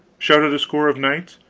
shouted a score of knights.